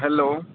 hello